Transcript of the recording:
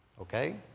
okay